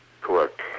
Correct